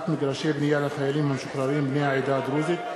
מגרשי בנייה לחיילים המשוחררים בני העדה הדרוזית,